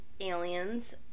aliens